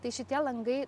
tai šitie langai